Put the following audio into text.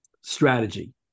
strategy